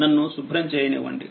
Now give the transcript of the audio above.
నన్ను శుభ్రం చేయనివ్వండి